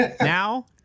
Now